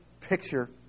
picture